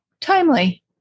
timely